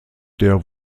der